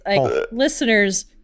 listeners